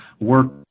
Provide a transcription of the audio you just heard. Work